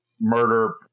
murder